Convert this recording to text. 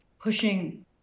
pushing